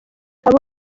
aba